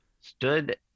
Stood